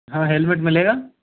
हाँ हेलमेट मिलेगा